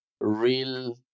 real